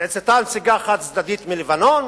נעשתה נסיגה חד-צדדית מלבנון